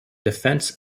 defense